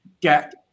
get